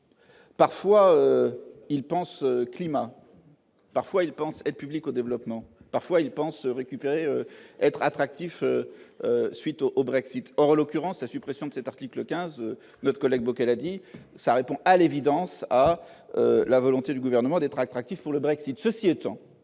Parfois, il pense climat parfois ils pensait publique au développement, parfois ils pensent récupérer être attractif suite au Brexit aura l'occurrence la suppression de cet article 15, notre collègue a dit ça, répond à l'évidence, à la volonté du gouvernement d'être attractif pour le Brexit